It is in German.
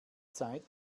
zeit